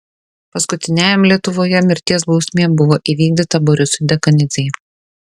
paskutiniajam lietuvoje mirties bausmė buvo įvykdyta borisui dekanidzei